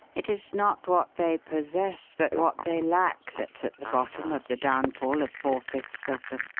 it is not what they possess but what they lack that's at the bottom of the downfall of four fifths of them.